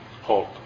hope